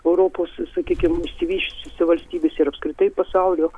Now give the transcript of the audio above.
europos sakykim išsivysčiusiose valstybėse ir apskritai pasaulio